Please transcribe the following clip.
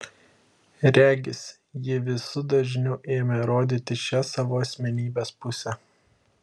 regis ji visu dažniu ėmė rodyti šią savo asmenybės pusę